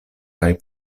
kaj